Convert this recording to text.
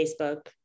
Facebook